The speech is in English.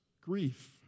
grief